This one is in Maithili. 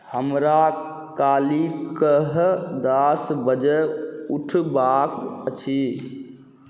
हमरा काल्हि दस बजे उठबाक अछि